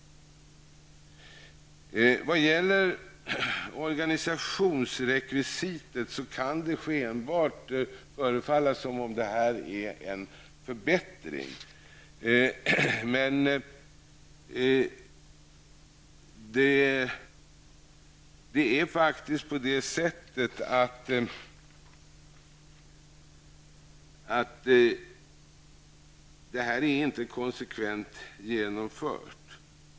Det kan skenbart förefalla som att organisationsrekvisitet innebär en förbättring, men detta rekvisit är inte konsekvent genomfört.